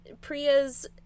Priya's